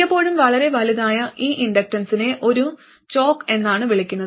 മിക്കപ്പോഴും വളരെ വലുതായ ഈ ഇൻഡക്റ്റൻസിനെ ഒരു ചോക്ക് എന്നാണ് വിളിക്കുന്നത്